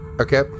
Okay